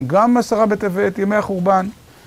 גם עשרה בטבת ימי החורבן.